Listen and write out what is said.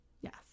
yes